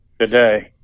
today